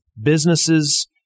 businesses